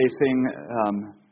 facing